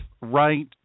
right